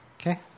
Okay